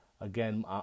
Again